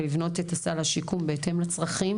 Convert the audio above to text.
ולבנות את סל השיקום בהתאם לצרכים.